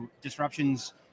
disruptions